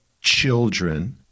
children